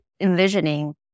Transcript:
envisioning